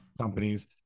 companies